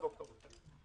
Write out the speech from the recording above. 1 באוקטובר.